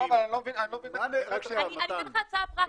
--- אבל אני לא מבין --- אני נותנת לך הצעה פרקטית,